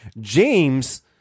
James